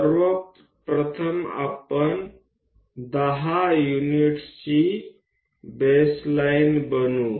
સૌપ્રથમ આપણને એક બેઝ લીટી 10 એકમની રચવા દો